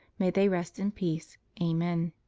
may they rest in peace. amen.